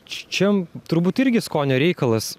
čia turbūt irgi skonio reikalas